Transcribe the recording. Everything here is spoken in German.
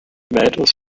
weitaus